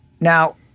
Now